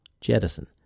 Jettison